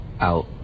out